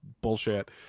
bullshit